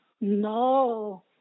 No